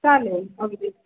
चालेल अगदी